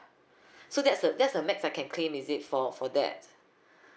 so that's the that's the max I can claim is it for for that